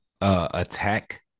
attack